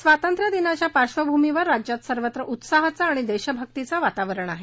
स्वातंत्रदिनाच्या पार्श्वभूमीवर राज्यात सर्वत्र उत्साहाचं आणि देशभक्तीचं वातावरण आहे